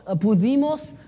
pudimos